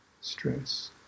stress